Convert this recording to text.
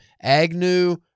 Agnew